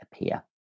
appear